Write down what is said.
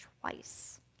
twice